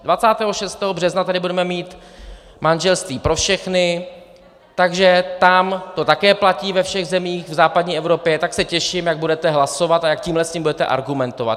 26. března tady budeme mít manželství pro všechny, takže tam to také platí ve všech zemích v západní Evropě, tak se těším, jak budete hlasovat a jak tímhle budete argumentovat.